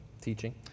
teaching